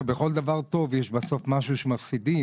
בכל דבר טוב יש בסוף משהו שמפסידים.